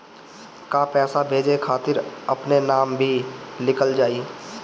का पैसा भेजे खातिर अपने नाम भी लिकल जाइ?